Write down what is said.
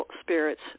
spirits